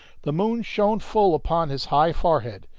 the moon shone full upon his high forehead,